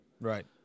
right